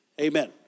Amen